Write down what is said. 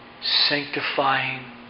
sanctifying